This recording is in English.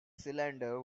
cylinder